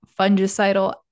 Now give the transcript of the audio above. fungicidal